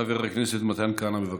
חבר הכנסת מתן כהנא, בבקשה.